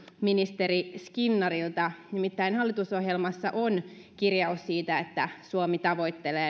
ministeri skinnarilta nimittäin hallitusohjelmassa on kirjaus siitä että suomi tavoittelee